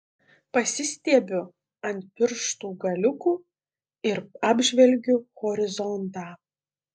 pasistiebiu ant pirštų galiukų ir apžvelgiu horizontą